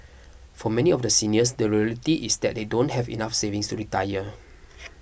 for many of the seniors the reality is that they don't have enough savings to retire